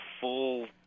full